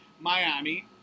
Miami